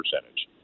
percentage